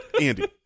Andy